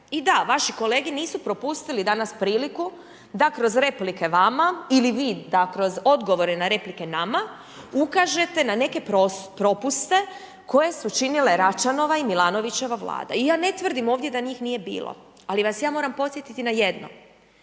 I da, vaši kolege nisu propustili danas priliku da kroz replike vama ili vi da kroz odgovore na replike nama, ukažete na neke propuste koje su činile Račanova i Milanovićeva vlada. I ja ne tvrdim ovdje da njih nije bilo, ali vas ja moram podsjetiti na jedno.